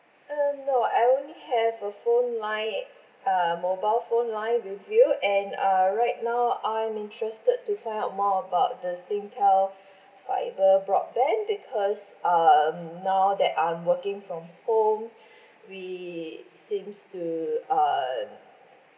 um no I only have a phone line uh mobile phone line with you and err right now I'm interested to find out more about the singtel fibre broadband because um now that I'm working from home we seems to err